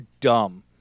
dumb